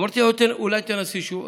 אמרתי לה: אולי תנסי שוב?